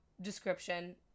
description